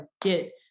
get